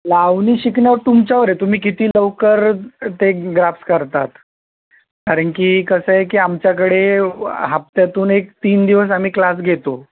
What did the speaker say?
लावणी शिकणं तुमच्यावर आहे तुम्ही किती लवकर ते ग्रास्प करतात कारण की कसं आहे की आमच्याकडे हफ्त्यातून एक तीन दिवस आम्ही क्लास घेतो